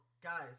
guys